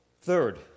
Third